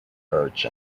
urge